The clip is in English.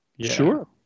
Sure